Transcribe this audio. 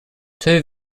two